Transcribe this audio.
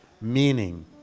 meaning